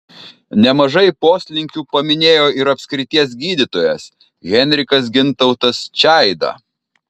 nemažai poslinkių paminėjo ir apskrities gydytojas henrikas gintautas čeida